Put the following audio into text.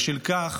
ובשל כך,